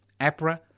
APRA